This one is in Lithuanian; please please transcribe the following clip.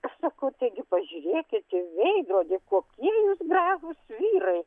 aš sakau taigi pažiūrėkit į veidrodį kokie jūs gražūs vyrai